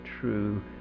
true